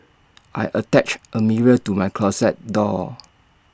I attached A mirror to my closet door